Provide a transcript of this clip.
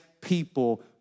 people